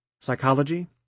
Psychology